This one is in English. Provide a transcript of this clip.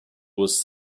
was